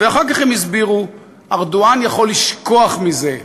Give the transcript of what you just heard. ואחר כך הם הסבירו: ארדואן יכול לשכוח מזה.